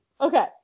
Okay